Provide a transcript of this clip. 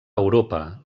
europa